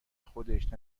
خودش